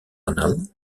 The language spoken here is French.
panel